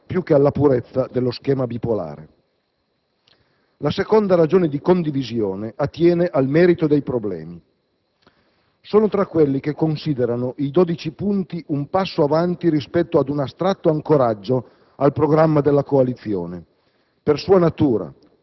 alle cose da fare più che alla purezza dello schema bipolare. La seconda ragione di condivisione attiene al merito dei problemi. Sono tra quelli che considerano i dodici punti un passo in avanti rispetto ad un astratto ancoraggio al programma della coalizione,